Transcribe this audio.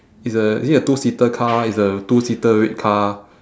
is a is it a two seater car is a two seater red car